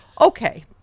Okay